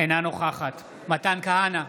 אינה נוכחת מתן כהנא,